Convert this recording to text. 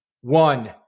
One